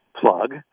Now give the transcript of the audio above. plug